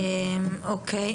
אוקי.